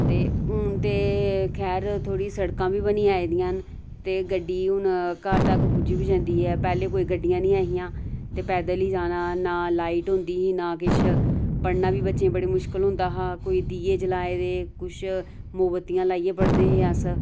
ते हून ते खैर थोह्ड़ी सड़कां बी बनी आई दियां न तं गड्डी हून घर तक पुज्जी बी जंदी ऐ पैह्लें कोई गड्डियां निं ऐ हियां ते पैदल गै जाना ना लाईट होंदा ही ना किश पढ़ना बी बच्चें बड़े मुश्कल होंदे हा कोई दिये जलाए दे कुछ मोमबत्तियां लाइयै पढ़दे हे अस